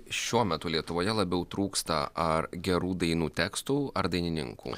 šiuo metu lietuvoje labiau trūksta ar gerų dainų tekstų ar dainininkų